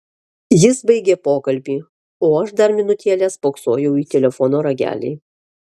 jis baigė pokalbį o aš dar minutėlę spoksojau į telefono ragelį